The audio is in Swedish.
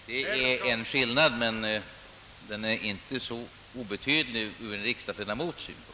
Denna skillnad är inte så obetydlig ur en riksdagsledamots synpunkt.